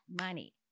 money